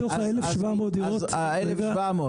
מתוך 1,700 דירות --- אז ה-1,700